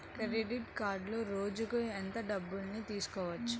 Credit కార్డులో రోజుకు ఎంత డబ్బులు తీయవచ్చు?